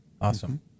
Awesome